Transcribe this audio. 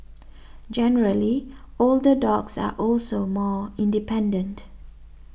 generally older dogs are also more independent